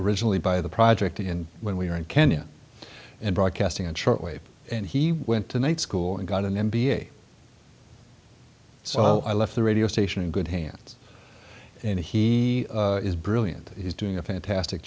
originally by the project in when we were in kenya in broadcasting and shortwave and he went to night school and got an m b a so i left the radio station in good hands and he is brilliant he's doing a fantastic